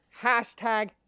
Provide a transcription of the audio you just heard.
Hashtag